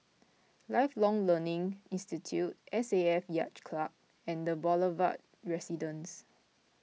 Lifelong Learning Institute S A F Yacht Club and the Boulevard Residence